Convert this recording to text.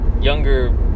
Younger